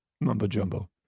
mumbo-jumbo